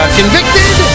convicted